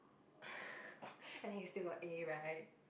I think you still got A right